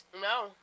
No